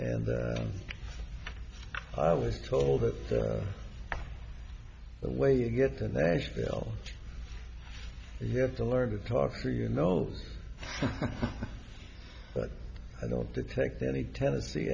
and i was told that the way you get the nashville you have to learn to talk to you know but i don't detect any ten